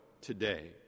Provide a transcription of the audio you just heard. today